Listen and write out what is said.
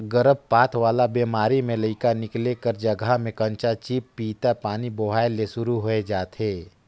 गरभपात वाला बेमारी में लइका निकले कर जघा में कंचा चिपपिता पानी बोहाए ले सुरु होय जाथे